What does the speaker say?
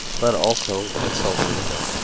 but also at solferino.